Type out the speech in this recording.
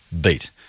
Beat